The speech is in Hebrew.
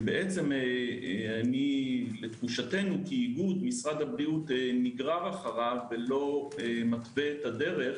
שאני לתחושתנו כאיגוד משרד הבריאות נגרר אחריו ולא מתווה את הדרך